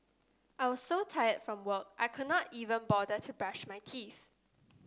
I was so tired from work I could not even bother to brush my teeth